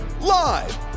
live